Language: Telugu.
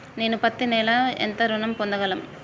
నేను పత్తి నెల ఎంత ఋణం పొందగలను?